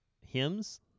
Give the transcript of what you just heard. hymns